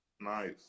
nice